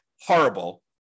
horrible